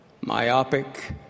Myopic